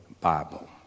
Bible